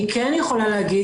אני כן יכולה להגיד,